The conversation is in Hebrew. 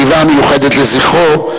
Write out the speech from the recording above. ישיבה מיוחדת לזכרו,